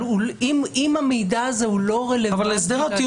אם המידע הזה לא רלוונטי --- הסדר הטיעון